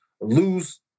lose